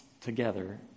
together